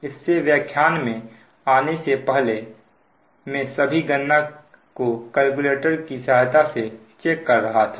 इससे व्याख्यान में आने से पहले में सभी गणना को केलकुलेटर की सहायता से चेक कर रहा था